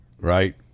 Right